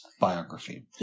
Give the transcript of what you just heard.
biography